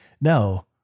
no